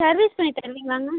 service பண்ணி தருவீங்களாங்க